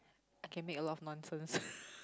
I can make a lot of nonsense